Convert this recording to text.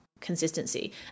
consistency